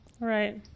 Right